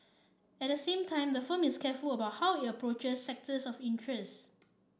at the same time the firm is careful about how it approaches sectors of interest